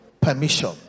permission